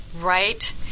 Right